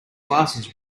glasses